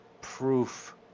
proof